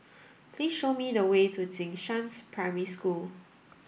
please show me the way to Jing Shan's Primary School